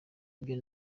ibyo